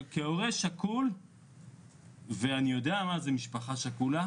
אני יודע מה זו משפחה שכולה